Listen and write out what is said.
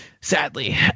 Sadly